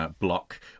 block